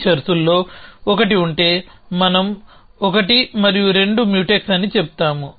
ఈ షరతుల్లో ఒకటి ఉంటే మనం 1 మరియు 2 మ్యూటెక్స్ అని చెబుతాము